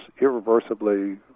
irreversibly